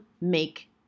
make